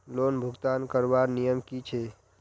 Loan भुगतान करवार नियम की छे?